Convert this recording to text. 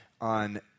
on